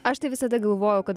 aš tai visada galvojau kad